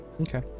Okay